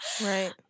right